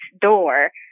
door